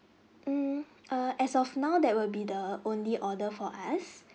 mm err as of now that will be the only order for us